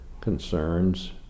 concerns